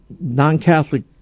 non-Catholic